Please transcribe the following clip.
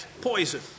poison